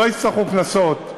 לא יצטרכו קנסות,